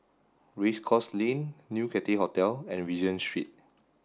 Race Course Lane New Cathay Hotel and Regent Street